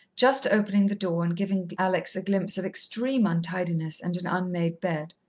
just opening the door and giving alex a glimpse of extreme untidiness and an unmade bed.